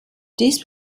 this